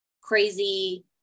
crazy